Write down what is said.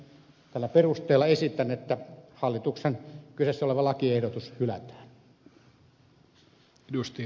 tällä perusteella esitän että hallituksen kyseessä oleva lakiehdotus hylätään